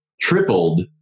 tripled